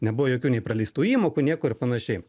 nebuvo jokių nei praleistų įmokų nieko ir panašiai